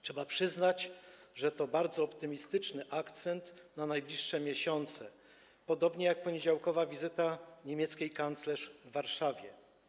Trzeba przyznać, że to bardzo optymistyczny akcent na najbliższe miesiące, podobnie jak poniedziałkowa wizyta niemieckiej kanclerz w Warszawie.